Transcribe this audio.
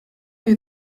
you